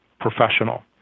professional